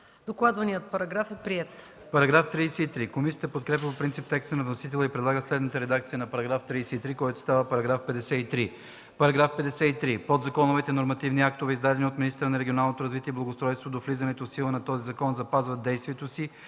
докладваните параграфи е прието.